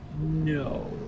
no